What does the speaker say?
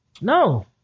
No